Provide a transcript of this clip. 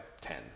ten